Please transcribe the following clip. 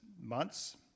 months